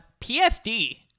PSD